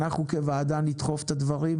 אנחנו כוועדה נדחוף את הדברים,